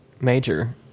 major